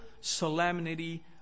solemnity